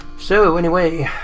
so anyway.